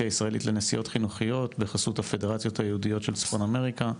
הישראלית לנסיעות חינוכיות בחסות הפדרציות היהודיות של צפון אמריקה.